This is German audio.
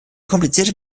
komplizierter